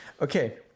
okay